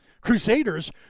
Crusaders